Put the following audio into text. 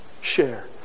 Share